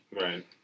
Right